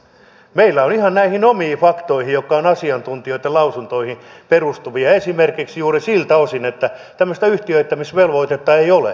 meillä nämä omat faktat ovat asiantuntijoiden lausuntoihin perustuvia esimerkiksi juuri siltä osin että tämmöistä yhtiöittämisvelvoitetta ei ole